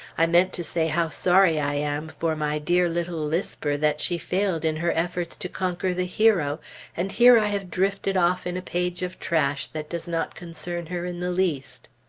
i meant to say how sorry i am for my dear little lisper that she failed in her efforts to conquer the hero and here i have drifted off in a page of trash that does not concern her in the least.